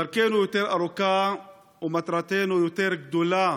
דרכנו יותר ארוכה ומטרתנו יותר גדולה